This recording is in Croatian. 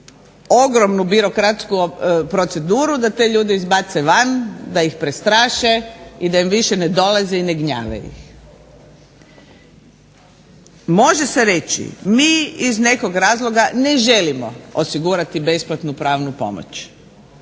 ogromnu birokratsku proceduru, da te ljude izbace van, da ih prestraše i da im više ne dolaze i ne gnjave ih. Može se reći, mi iz nekog razloga ne želimo osigurati besplatnu pravnu pomoć,